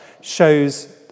shows